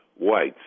whites